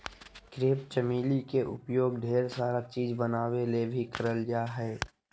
crepe चमेली के उपयोग ढेर सारा चीज़ बनावे ले भी करल जा हय